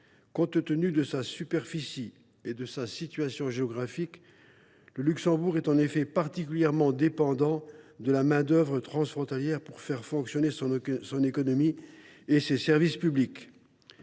Compte tenu de sa superficie et de sa situation géographique, le Luxembourg est en effet particulièrement dépendant de la main d’œuvre transfrontalière pour faire fonctionner son économie et ses services publics.